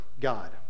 God